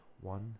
one